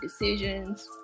decisions